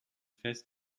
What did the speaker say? fest